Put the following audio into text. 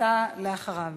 אתה אחריו.